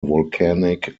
volcanic